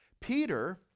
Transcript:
Peter